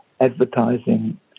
advertising